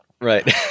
Right